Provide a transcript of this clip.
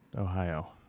Ohio